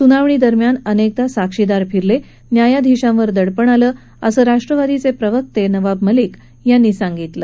सुनावणी दरम्यान अनेकदा साक्षीदार फिरले न्यायाधीशांवर दडपण आलं असं राष्ट्रवादीचे प्रवक्ते नवाब मलिक यांनी सांगितलं